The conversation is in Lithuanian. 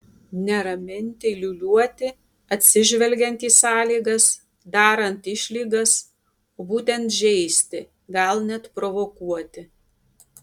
ne raminti liūliuoti atsižvelgiant į sąlygas darant išlygas o būtent žeisti gal net provokuoti